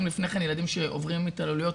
אם לפני כן ילדים שעובדים התעללויות